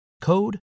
code